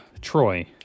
Troy